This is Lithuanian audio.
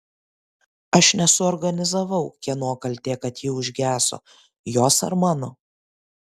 aš nesuorganizavau kieno kaltė kad ji užgeso jos ar mano